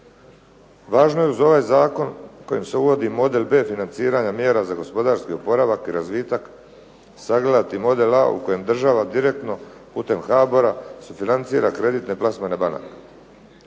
Važno je ovaj Zakon kojim se uvodi model B financiranja mjera za gospodarski oporavak i razvitak sagledati model A kojim država direktno putem HBOR-a sufinancira kreditne plasmane banaka.